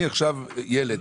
אני עכשיו ילד